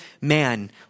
man